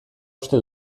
uste